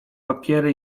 papiery